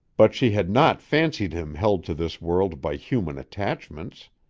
but she had not fancied him held to this world by human attachments.